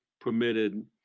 permitted